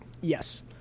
Yes